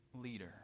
leader